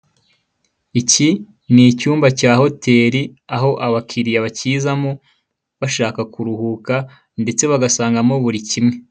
Iki ni icyumba cya hotel, aho abakiliya bakizamo bashaka kuruhuka, ndetse bagasangamo buri kimwe.